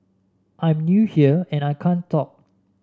I'm new here and I can't talk